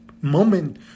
moment